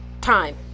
time